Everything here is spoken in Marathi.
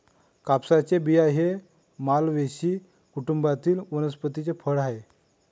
कापसाचे बिया हे मालवेसी कुटुंबातील वनस्पतीचे फळ आहे